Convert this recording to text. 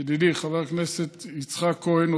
ידידי חבר הכנסת יצחק כהן,